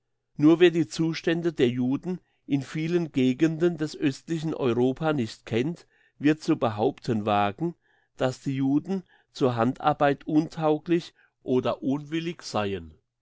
nur wer die zustände der juden in vielen gegenden des östlichen europa nicht kennt wird zu behaupten wagen dass die juden zur handarbeit untauglich oder unwillig seien